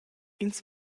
ins